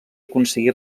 aconseguí